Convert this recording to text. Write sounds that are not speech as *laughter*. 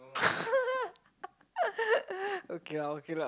*laughs* okay lah okay lah